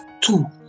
two